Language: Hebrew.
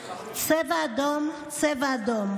צבע אדום, צבע אדום.